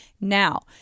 Now